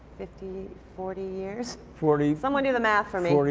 fifty forty years? forty. someone do the math for me.